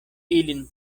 ilin